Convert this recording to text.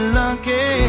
lucky